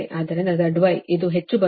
ಆದ್ದರಿಂದ ZY ಇದು ಹೆಚ್ಚು ಬರುತ್ತಿದೆ